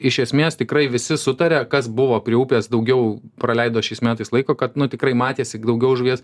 iš esmės tikrai visi sutaria kas buvo prie upės daugiau praleido šiais metais laiko kad nu tikrai matėsi daugiau užges